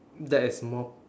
that is more